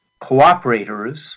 cooperators